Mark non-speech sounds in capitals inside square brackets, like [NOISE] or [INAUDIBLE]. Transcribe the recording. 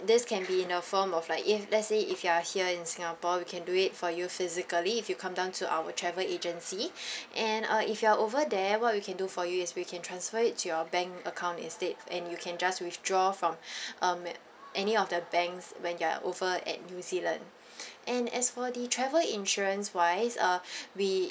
this can be in a form of like if let's say if you're here in singapore we can do it for you physically if you come down to our travel agency [BREATH] and uh if you're over there what we can do for you is we can transfer it to your bank account instead and you can just withdraw from [BREATH] um any of the banks when you're over at new zealand and as for the travel insurance wise uh [BREATH] we